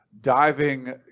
diving